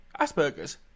Asperger's